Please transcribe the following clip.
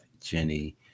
Jenny